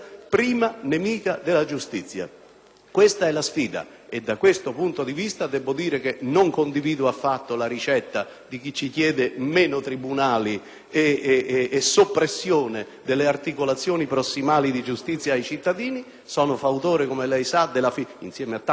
Questa è la sfida e da questo punto di vista devo dire che non condivido affatto la ricetta di chi ci chiede meno tribunali e soppressione delle articolazioni prossimali di giustizia ai cittadini. Sono fautore, come lei sa, insieme a tanti colleghi, della filosofia opposta.